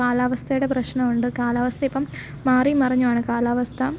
കാലാവസ്ഥയുടെ പ്രശ്നമുണ്ട് കാലാവസ്ഥ ഇപ്പം മാറിയും മറിഞ്ഞുമാണ് കാലാവസ്ഥ